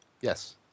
Yes